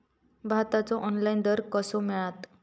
भाताचो ऑनलाइन दर कसो मिळात?